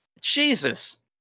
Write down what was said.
Jesus